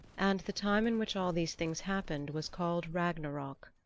and the time in which all these things happened was called ragnarok,